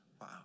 Wow